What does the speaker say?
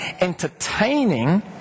entertaining